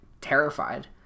terrified